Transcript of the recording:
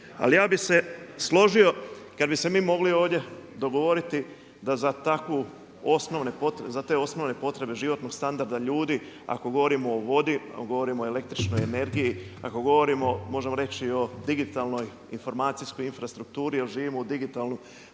Ali ja bih se složio kada bi se mogli ovdje dogovoriti da za te osnovne potrebe životnog standarda ljudi, ako govorimo o vodi, govorimo i o električnoj energiji, ako govorimo možemo reći o digitalnoj informacijskoj infrastrukturi jel živimo u digitalnom